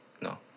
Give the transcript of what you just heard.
No